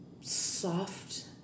soft